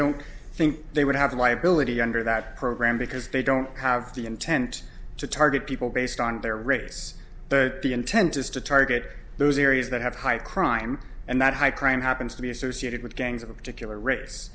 don't think they would have a liability under that program because they don't have the intent to target people based on their race their intent is to target those areas that have high crime and that high crime happens to be associated with gangs of a particular race